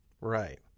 Right